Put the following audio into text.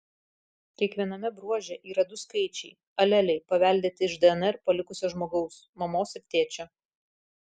kiekviename bruože yra du skaičiai aleliai paveldėti iš dnr palikusio žmogaus mamos ir tėčio